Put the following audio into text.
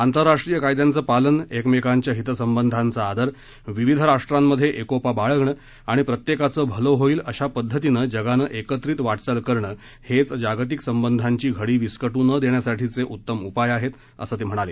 आंतरराष्ट्रीय कायद्यांचं पालन एकमेकांच्या हितसंबंधांचा आदर विविध राष्ट्रांमध्ये एकोपा बाळगणं आणि प्रत्येकाचं भलं होईल अशा पद्धतीनं जगानं एकत्रित वाटचाल करणं हेच जागतिक संबधांची घडी विस्कटू न देण्यासाठीचे उत्तम उपाय आहेत असं ते म्हणाले